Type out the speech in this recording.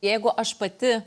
jeigu aš pati